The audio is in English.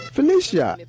Felicia